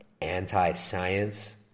anti-science